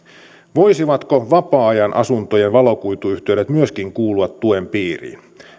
voisivatko vapaa ajan asuntojen valokuituyhteydet myöskin kuulua tuen piiriin